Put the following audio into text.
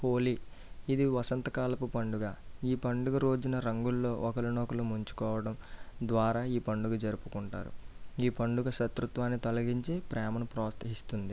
హోలీ ఇది వసంత కాలం పండుగ ఈ పండుగ రోజున రంగులలో ఒకరినొకరు ముంచుకోవడం ద్వారా ఈ పండుగ జరుపుకుంటారు ఈ పండుగ శత్రుత్వాన్ని తొలగించి ప్రేమను ప్రోత్సహిస్తుంది